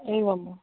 एवम्